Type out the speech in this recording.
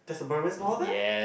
there's a Burmese mall there